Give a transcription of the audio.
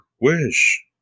wish